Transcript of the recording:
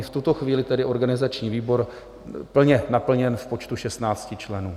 V tuto chvíli tedy organizační výbor plně naplněn v počtu 16 členů.